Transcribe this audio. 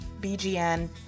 BGN